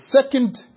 second